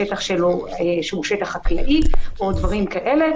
שטח שהוא שטח חקלאי או דברים כאלה,